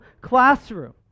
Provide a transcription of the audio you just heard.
classroom